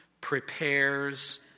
prepares